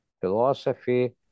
philosophy